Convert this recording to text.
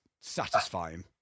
satisfying